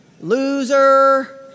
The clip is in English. Loser